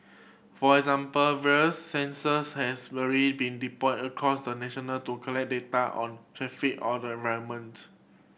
for example various sensors has already been deployed across the nation to collect data on traffic or the